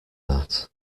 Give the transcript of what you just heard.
that